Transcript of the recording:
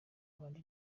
abandi